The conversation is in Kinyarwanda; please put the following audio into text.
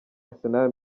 arsenal